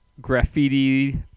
graffiti